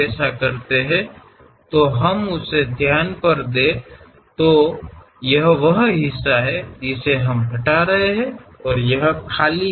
ನೀವು ಅದನ್ನು ಮಾಡಿದರೆ ನಾವು ಅದನ್ನು ನೋಡೋಣ ನಾವು ತೆಗೆದುಹಾಕುತ್ತಿರುವ ಭಾಗ ಇದು ಮತ್ತು ಇದು ಖಾಲಿಯಾಗಿದೆ